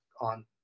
on